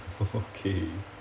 okay